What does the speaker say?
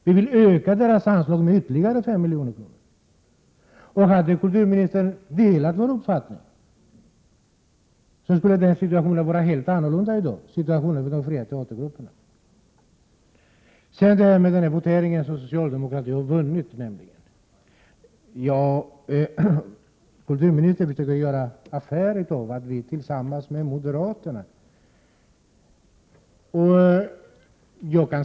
Vi ville i stället öka deras anslag med ytterligare 5 milj.kr. Hade kulturministern delat vår uppfattning, skulle situationen för de fria teatergrupperna ha varit helt annorlunda i dag. Sedan något om den votering som socialdemokraterna har vunnit. 73 Kulturministern försökte göra affär av att vi här uppträdde tillsammans med moderaterna.